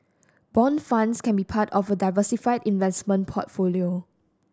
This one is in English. bond funds can be part of a diversified investment portfolio